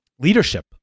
leadership